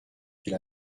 qu’il